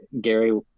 Gary